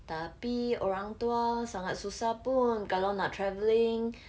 tapi orang tua sangat susah pun kalau nak travelling